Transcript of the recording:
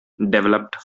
developed